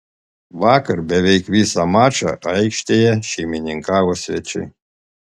vakar beveik visą mačą aikštėje šeimininkavo svečiai